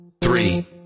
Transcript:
three